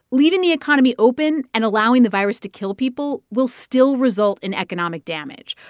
leaving the economy open and allowing the virus to kill people will still result in economic damage,